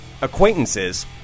acquaintances